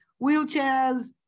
wheelchairs